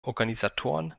organisatoren